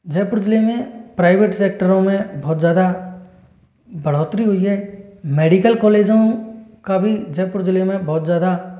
जयपुर जिले में प्राइवेट सेक्टरों में बहुत ज़्यादा बढ़ोत्तरी हुई है मेडिकल कॉलेजों का भी जयपुर जिलों में बहुत ज़्यादा